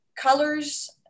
colors